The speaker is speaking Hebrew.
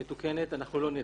המתוקנת אנחנו לא נדע.